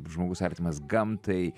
žmogus artimas gamtai